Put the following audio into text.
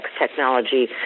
technology